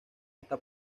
esta